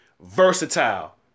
versatile